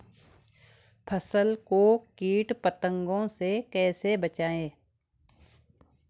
फसल को कीट पतंगों से कैसे बचाएं?